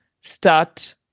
start